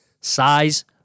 size